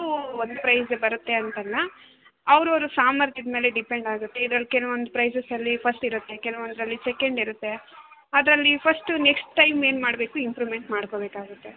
ಒಂದು ಪ್ರೈಸ್ ಬರತ್ತೆ ಅಂತಲ್ಲ ಅವ್ರವ್ರ ಸಾಮರ್ಥ್ಯದ ಮೇಲೆ ಡಿಪೆಂಡ್ ಆಗತ್ತೆ ಈಗ ಕೆಲವೊಂದು ಪ್ರೈಸಸಲ್ಲಿ ಫಸ್ಟ್ ಇರುತ್ತೆ ಕೆಲವೊಂದರಲ್ಲಿ ಸೆಕೆಂಡ್ ಇರುತ್ತೆ ಅದರಲ್ಲಿ ಫಸ್ಟು ನೆಕ್ಸ್ಟ್ ಟೈಮ್ ಏನು ಮಾಡಬೇಕು ಇಂಪ್ರೂವ್ಮೆಂಟ್ ಮಾಡ್ಕೋಬೇಕಾಗುತ್ತೆ